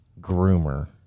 Groomer